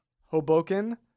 Hoboken